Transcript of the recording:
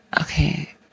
Okay